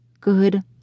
Good